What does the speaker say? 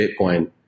Bitcoin